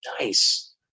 Nice